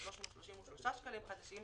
8,333 שקלים חדשים,